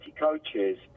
coaches